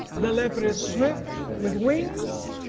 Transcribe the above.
the leopard is swift with wings,